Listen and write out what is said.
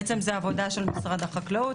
זאת בעצם עבודה של משרד החקלאות.